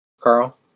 Carl